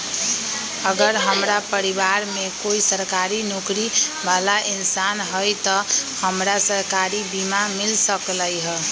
अगर हमरा परिवार में कोई सरकारी नौकरी बाला इंसान हई त हमरा सरकारी बीमा मिल सकलई ह?